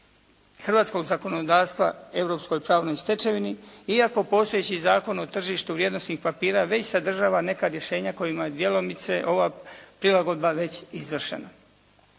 hrvatskog zakonodavstva europskoj pravnoj stečevini, iako postojeći Zakon o tržištu vrijednosnih papira već sadržava neka rješenja kojima je djelomice ova prilagodba već izvršena.